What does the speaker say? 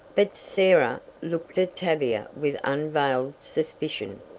but sarah looked at tavia with unveiled suspicion.